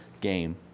game